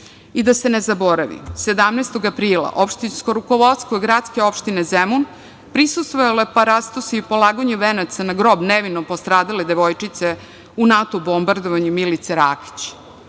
se ne zaboravi, 17. aprila opštinsko rukovodstvo gradske opštine Zemun prisustvovalo je parastosu i polaganju venaca na grob nevino postradale devojčice u NATO bombardovanju Milice Rakić.